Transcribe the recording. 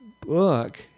book